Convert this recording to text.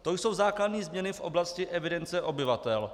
To jsou základní změny v oblasti evidence obyvatel.